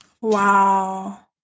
wow